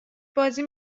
بازی